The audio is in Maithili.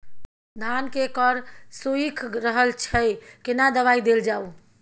धान के कॉर सुइख रहल छैय केना दवाई देल जाऊ?